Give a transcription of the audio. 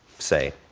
say,